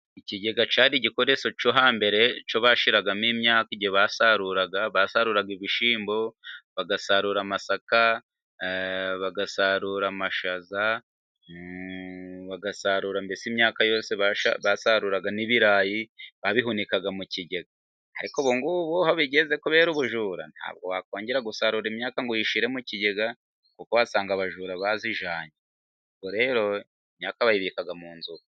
Ikigega cyari igikoresho cyo hambere cyo bashiragamo imyaka igihe basaruraga, bashyiragamo ibishyimbo, bagasarura amasaka, bagasarura amashaza, bagasarura mbese imyaka yose basaruraga n'ibirayi, babihunikaga mu kigega. Ariko ubu ngubu aho bigeze kubera ubujura ntabwo wakongera gusarura imyaka ngo uyishyire mu kigega kuko wasanga abajura bayijyanye. Ubwo rero imyaka bayibika mu nzu.